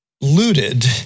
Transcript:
looted